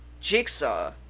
jigsaw